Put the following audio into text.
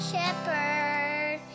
Shepherd